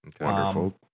Wonderful